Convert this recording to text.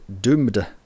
doomed